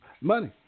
Money